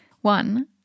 one